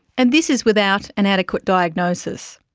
and this is without an adequate diagnosis.